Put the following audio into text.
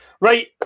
Right